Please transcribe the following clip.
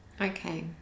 okay